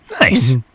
Nice